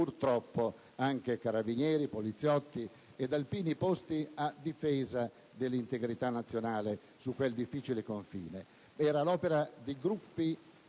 purtroppo, anche carabinieri, poliziotti e alpini posti a difesa dell'integrità nazionale su quel difficile confine. Era l'opera di gruppi